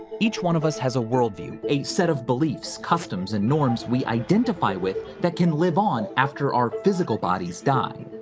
each one of us has a worldview, a set of beliefs, customs and norms we identify with that can live on after our business physical bodies die.